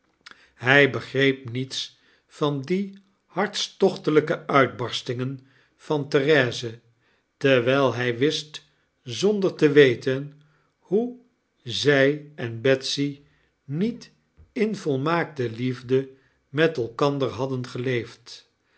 hy begreep niets van die hartstochtelpe uitbarstingen van therese wfll hij wist zonder te weten hoe dat zy en betsy niet in volmaakte liefde met elkander hadden geieefd